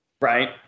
right